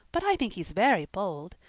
but i think he's very bold.